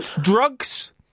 Drugs